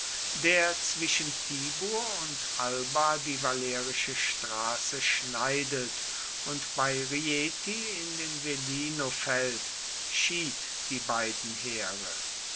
der zwischen tibur und alba die valerische straße schneidet und bei rieti in den velino fällt schied die beiden heere